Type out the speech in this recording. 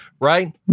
right